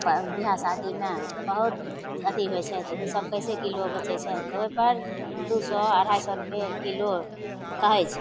बिआह शादीमे तऽ बहुत अथी होइ छै तऽ ओसब कइसे किलो बेचै छै तऽ ओहिपर दुइ सओ अढ़ाइ सओ रुपैए किलो कहै छै